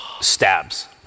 stabs